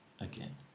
again